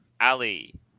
Ali